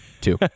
two